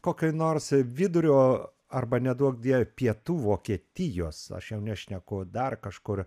kokioj nors vidurio arba neduok dieve pietų vokietijos aš jau nešneku dar kažkur